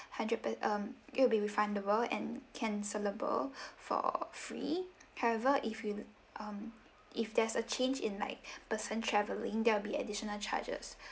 hundred per~ um it'll be refundable and cancellable for free however if you um if there's a change in like person traveling there will be additional charges